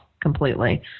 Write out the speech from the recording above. completely